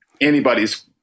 anybody's